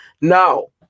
No